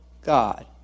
God